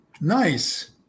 Nice